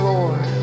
Lord